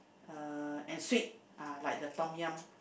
uh and sweet ah like the Tom-Yum